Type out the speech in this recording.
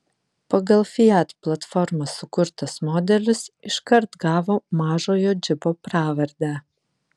pagal fiat platformą sukurtas modelis iškart gavo mažojo džipo pravardę